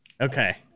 Okay